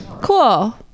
Cool